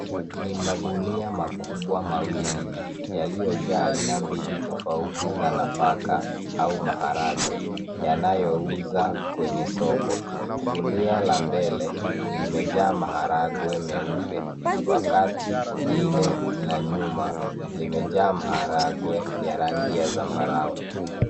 Ni magunia makubwa mawili yaliyojaa aina mbili tofauti za nafaka au maharagwe yanayouzwa kwenye soko. Gunia la mbele limejaa maharagwe meupe, wkati ile na nyuma limejaa maharagwe ya rangi ya zambarau.